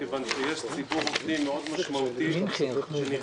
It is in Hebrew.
מכיוון שיש ציבור עובדים משמעותי מאוד שמחזיק